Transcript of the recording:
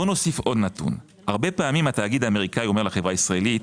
בוא נוסיף נתון הרבה פעמים התאגיד האמריקאי אומר לחברה הישראלית: